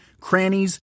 crannies